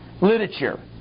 literature